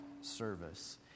service